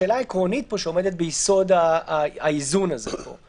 השאלה העקרונית שעומדת ביסוד האיזון הזה פה,